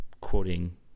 quoting